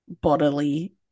bodily